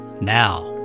now